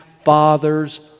Father's